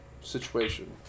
situation